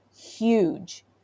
huge